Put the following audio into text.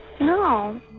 No